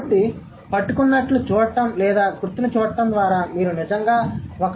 కాబట్టి పట్టుకున్నట్లు చూడటం లేదా గుర్తును చూడటం ద్వారా మీరు నిజంగా ఒక వివరణను ఇష్టపడరు